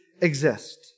exist